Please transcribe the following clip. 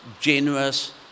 generous